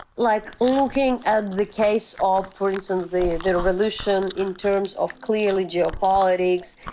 like, looking at the case of, for instance, the the revolution in terms of clearly geopolitics,